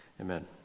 Amen